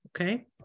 Okay